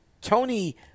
Tony